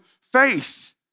faith